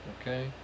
Okay